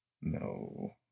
No